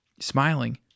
Smiling